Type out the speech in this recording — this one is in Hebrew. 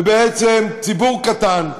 ובעצם ציבור קטן,